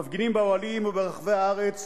המפגינים באוהלים וברחבי הארץ